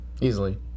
Easily